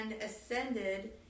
ascended